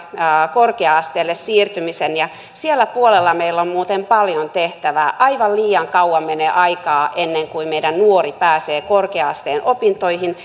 korkea asteelle siirtymisen siellä puolella meillä on muuten paljon tehtävää aivan liian kauan menee aikaa ennen kuin meidän nuori pääsee korkea asteen opintoihin